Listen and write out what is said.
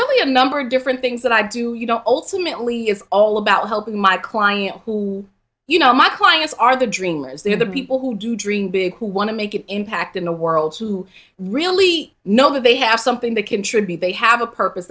really a number of different things that i do you know ultimately it's all about helping my client who you know my clients are the dreamers they're the people who do dream big who want to make it impact in the world who really know that they have something to contribute they have a purpose